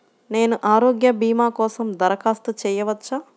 నేను ఆరోగ్య భీమా కోసం దరఖాస్తు చేయవచ్చా?